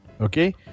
Okay